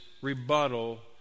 rebuttal